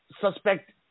suspect